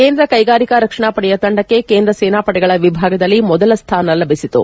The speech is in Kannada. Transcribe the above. ಕೇಂದ್ರ ಕೈಗಾರಿಕೆ ರಕ್ಷಣಾ ಪಡೆಯ ತಂಡಕ್ಕೆ ಕೇಂದ್ರ ಸೇನಾ ಪಡೆಗಳ ವಿಭಾಗದಲ್ಲಿ ಮೊದಲ ಸ್ಥಾನ ಲಭಿಸಿತು